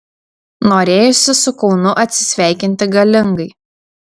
norėjosi su kaunu atsisveikinti galingai